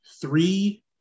three